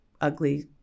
ugly